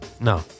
No